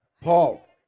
Paul